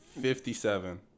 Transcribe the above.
Fifty-seven